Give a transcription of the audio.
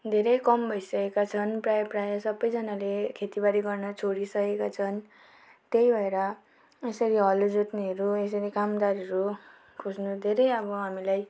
धेरै कम भइसकेका छन् प्राय प्राय सबैजानाले खेतीबारी गर्न छोडिसकेका छन् त्यही भएर यसरी हलो जोत्नेहरू यसरी कामदारहरू खोज्नु धेरै अब हामीलाई